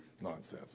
nonsense